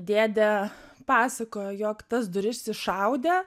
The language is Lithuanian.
dėde pasakojo jog tas duris iššaudė